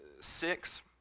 six